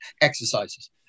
exercises